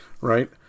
Right